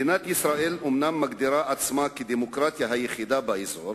מדינת ישראל אומנם מגדירה עצמה כדמוקרטיה היחידה באזור,